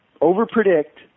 over-predict